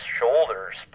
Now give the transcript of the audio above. shoulders